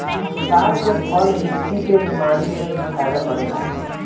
ताड़ के फल हिचकी के बेमारी में भी फायदा करेला